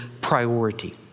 priority